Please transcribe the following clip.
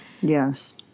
Yes